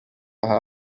aha